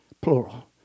Plural